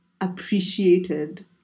appreciated